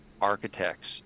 architects